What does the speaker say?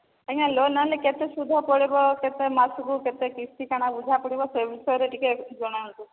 ଆଜ୍ଞା ଲୋନ ନେଲେ କେତେ ସୁଧ ପଡ଼ିବ କେତେ ମାସକୁ କେତେ କିସ୍ତି କ'ଣ ବୁଝାପଡ଼ିବ ସେ ବିଷୟରେ ଟିକେ ଜଣାନ୍ତୁ